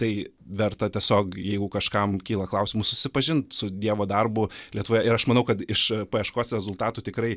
tai verta tiesiog jeigu kažkam kyla klausimų susipažint su dievo darbu lietuvoje ir aš manau kad iš paieškos rezultatų tikrai